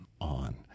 on